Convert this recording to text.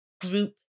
group